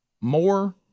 more